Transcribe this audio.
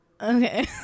Okay